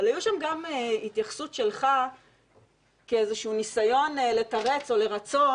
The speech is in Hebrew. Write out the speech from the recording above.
אבל הייתה שם גם התייחסות שלך כאיזה שהוא ניסיון לתרץ או לרצות,